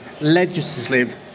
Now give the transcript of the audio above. legislative